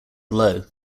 below